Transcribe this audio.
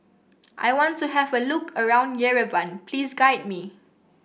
I want to have a look around Yerevan please guide me